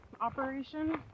operation